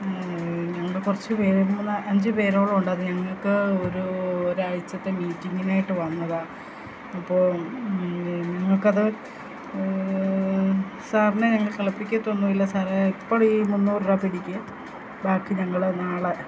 ഞങ്ങള്ക്ക് കുറച്ചു പേരും അഞ്ചുപേരോളം ഉണ്ട് അത് ഞങ്ങള്ക്ക് ഒരു ഒരാഴ്ച്ചത്തെ മീറ്റിങ്ങിനായിട്ട് വന്നതാണ് അപ്പോള് നിങ്ങൾക്കത് സാറിനെ ഞങ്ങള് കളിപ്പിക്കത്തൊന്നുമില്ല സാറെ ഇപ്പോഴീ മുന്നൂറു രൂപ പിടിക്ക് ബാക്കി ഞങ്ങള് നാളെ